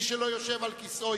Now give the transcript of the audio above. מי שלא יושב על כיסאו,